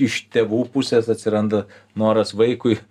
iš tėvų pusės atsiranda noras vaikui